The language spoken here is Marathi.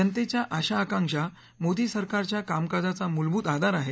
जनतेच्या आशा आकांक्षा मोदी सरकारच्या कामकाजाचा मूलभूत आधार आहे